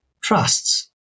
trusts